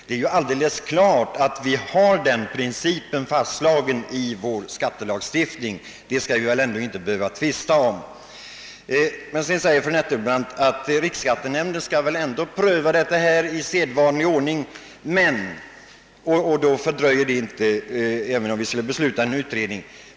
Det är ju alldeles klart att den principen finns fastslagen i vår skattelagstiftning — det skall vi väl ändå inte behöva tvista om. Fru Nettelbrandt sade också att riksskattenämnden väl ändå skall pröva detta i sedvanlig ordning och att även om vi skulle fatta beslut om en utredning så skulle den inte fördröja prövningen.